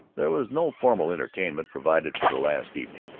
there was no formal entertainment provided for the last evening.